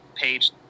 Page